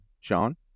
Sean